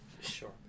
Sure